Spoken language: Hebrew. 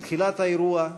בתחילת האירוע,